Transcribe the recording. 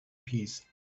peace